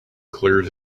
cleared